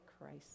Christ